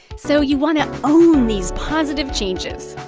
so you want to own these positive changes.